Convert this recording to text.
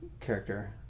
character